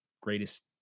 greatest